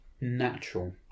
natural